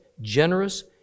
generous